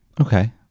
Okay